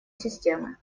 системы